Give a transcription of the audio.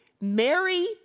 Mary